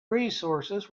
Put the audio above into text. resources